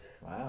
Wow